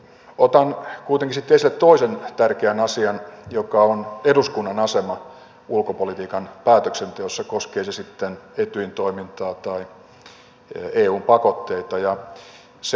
otan kuitenkin sitten esille toisen tärkeän asian joka on eduskunnan asema ulkopolitiikan päätöksenteossa koskee se sitten etyjin toimintaa tai eun pakotteita